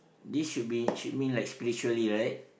this should be should mean like spiritually right